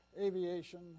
aviation